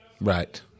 Right